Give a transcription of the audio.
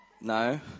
No